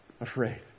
afraid